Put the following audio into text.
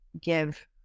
give